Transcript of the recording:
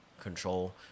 control